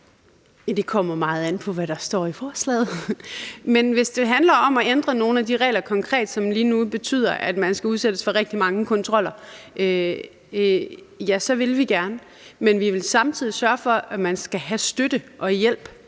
Det kommer meget an på, hvad der står i forslaget. Men hvis det handler om konkret at ændre nogle af de regler, som lige nu betyder, at man skal udsættes for rigtig mange kontroller, så vil vi gerne. Men vi vil samtidig sørge for, at man skal have støtte og hjælp